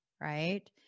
right